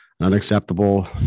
unacceptable